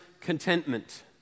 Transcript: contentment